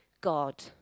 God